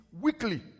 weekly